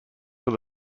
were